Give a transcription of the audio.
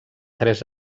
tres